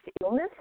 illness